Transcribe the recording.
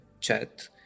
chat